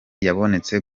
yabonetse